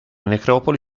necropoli